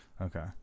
Okay